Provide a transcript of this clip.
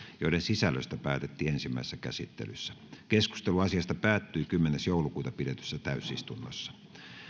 joiden sisällöstä päätettiin ensimmäisessä käsittelyssä keskustelu asiasta päättyi kymmenes kahdettatoista kaksituhattayhdeksäntoista pidetyssä täysistunnossa